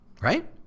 right